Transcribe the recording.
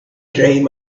dream